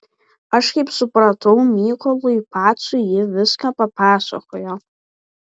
aš kaip supratau mykolui pacui ji viską papasakojo